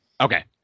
Okay